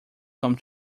come